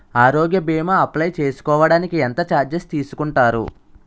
ఆరోగ్య భీమా అప్లయ్ చేసుకోడానికి ఎంత చార్జెస్ తీసుకుంటారు?